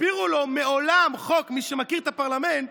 הסבירו לו שמעולם חוק, מי שמכיר את הפרלמנט,